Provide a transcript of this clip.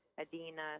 adina